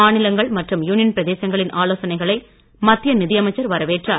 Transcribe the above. மாநிலங்கள் மற்றும் யுனியன் பிரதேசங்களின் ஆலோசனைகளை மத்திய நிதியமைச்சர் வரவேற்றார்